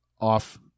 off